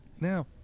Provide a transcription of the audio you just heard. Now